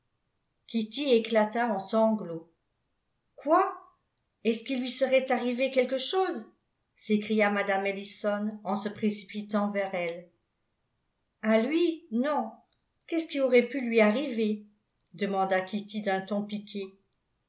kitty éclata en sanglots quoi est-ce qu'il lui serait arrivé quelque chose s'écria mme ellison en se précipitant vers elle a lui non qu'est-ce qui aurait pu lui arriver demanda kitty d'un ton piqué